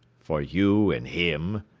for you and him,